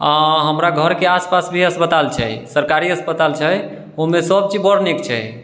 हमरा घरके आसपास भी अस्पताल छै सरकारी अस्पताल छै ओहिमे सब चीज बड़ नीक छै